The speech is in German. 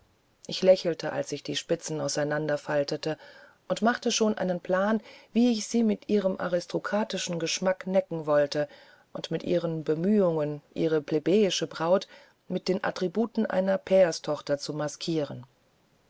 ich lächelte als ich die spitzen auseinanderfaltete und machte schon einen plan wie ich sie mit ihrem aristokratischen geschmack necken wollte und mit ihren bemühungen ihre plebejische braut mit den attributen einer pairstochter zu maskieren